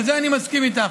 בזה אני מסכים איתך.